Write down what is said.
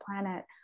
planet